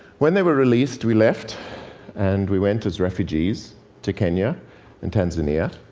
when they were released, we left and we went as refugees to kenya and tanzania.